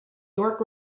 york